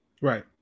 Right